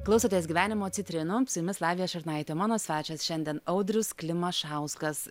klausotės gyvenimo citrinų su jumis lavija šurnaitė mano svečias šiandien audrius klimašauskas